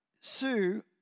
Sue